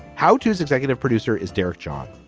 how to's executive producer is derek john?